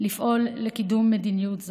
ולפעול לקידום מדיניות זו.